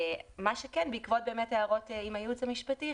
בעקבות הערות מהייעוץ המשפטי,